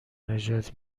نجات